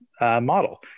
model